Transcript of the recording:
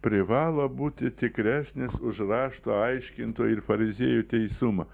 privalo būti tikresnis už rašto aiškintojų ir fariziejų teisumą